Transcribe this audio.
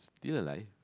still alive